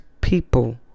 people